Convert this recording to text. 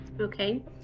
Okay